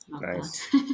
Nice